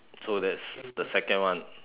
so that's the second one